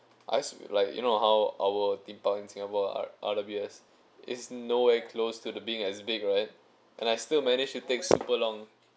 I like you know how our theme park in singapore R_W_S is nowhere close to the being as big right and I still managed to take super long